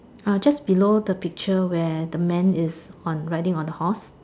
uh just below the picture where the man is on riding on the horse